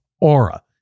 Aura